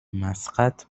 مسقط